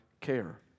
care